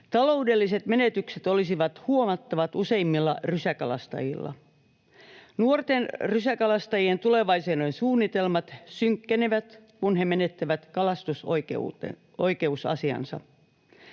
Taloudelliset menetykset olisivat huomattavat useimmilla rysäkalastajilla. Nuorten rysäkalastajien tulevaisuudensuunnitelmat synkkenevät, kun he menettävät kalastusoikeusasiansa.